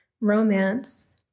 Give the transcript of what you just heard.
romance